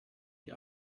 die